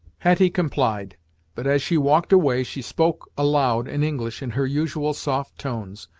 hetty complied but as she walked away she spoke aloud in english in her usual soft tones,